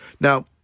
Now